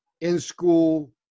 in-school